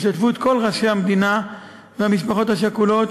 בהשתתפות כל ראשי המדינה והמשפחות השכולות,